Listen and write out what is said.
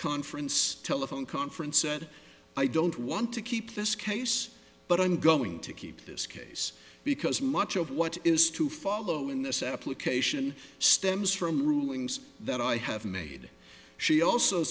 conference telephone conference said i don't want to keep this case but i'm going to keep this case because much of what is to follow in this application stems from the rulings that i have made she also